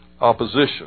opposition